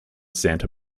santa